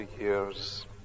years